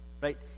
right